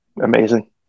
amazing